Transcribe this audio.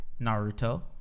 Naruto